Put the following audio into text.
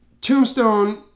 tombstone